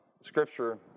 scripture